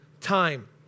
time